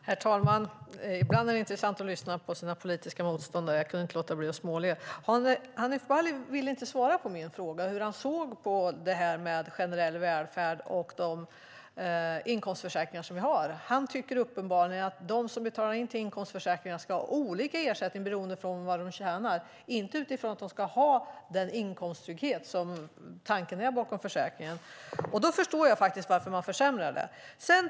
Herr talman! Ibland är det intressant att lyssna på ens politiska motståndare. Jag kunde inte låta bli att småle. Hanif Bali ville inte svara på min fråga om hur han såg på detta med generell välfärd och de inkomstförsäkringar som vi har. Han tycker uppenbarligen att de som betalar in till inkomstförsäkringar ska ha olika ersättning beroende på vad de tjänar, inte utifrån att de ska ha inkomsttrygghet, som ju är tanken bakom försäkringen. Då förstår jag faktiskt varför man försämrar detta.